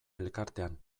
elkartean